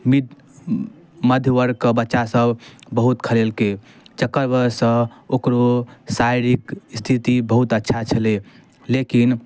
मिद मध्यवर्गके बच्चासभ बहुत खेलेलकै तकर वजहसँ ओकरो शारीरिक स्थिति बहुत अच्छा छलैए लेकिन